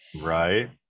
Right